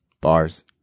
Bars